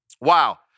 Wow